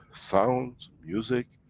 sounds, music,